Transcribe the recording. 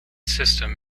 system